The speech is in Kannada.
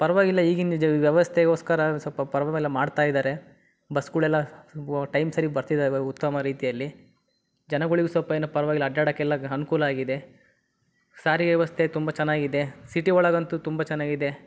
ಪರವಾಗಿಲ್ಲ ಈಗಿನ ಜ ವ್ಯವಸ್ಥೆಗೋಸ್ಕರ ಸ್ವಲ್ಪ ಪರ್ವಾಗಿಲ್ಲ ಮಾಡ್ತಾ ಇದ್ದಾರೆ ಬಸ್ಗಳೆಲ್ಲ ಟೈಮ್ ಸರೀಗೆ ಬರ್ತಿದಾವೆ ಉತ್ತಮ ರೀತಿಯಲ್ಲಿ ಜನಗಳಿಗ್ ಸ್ವಲ್ಪ ಏನೂ ಪರವಾಗಿಲ್ಲ ಅಡ್ಡಾಡೋಕ್ಕೆಲ್ಲ ಅನ್ಕೂಲ ಆಗಿದೆ ಸಾರಿಗೆ ವ್ಯವಸ್ಥೆ ತುಂಬ ಚೆನ್ನಾಗಿದೆ ಸಿಟಿ ಒಳಗಂತೂ ತುಂಬ ಚೆನ್ನಾಗಿದೆ